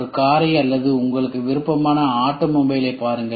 ஒரு காரை அல்லது உங்களுக்கு விருப்பமான ஆட்டோமொபைலை பாருங்கள்